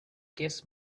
kiss